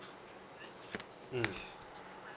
mm